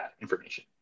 information